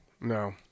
No